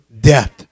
death